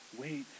Wait